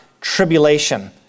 tribulation